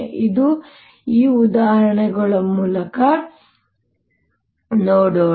ಇದನ್ನು ಈಗ ಉದಾಹರಣೆಗಳ ಮೂಲಕ ನೋಡೋಣ